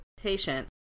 patient